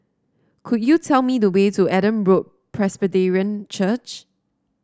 could you tell me the way to Adam Road Presbyterian Church